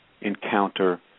encounter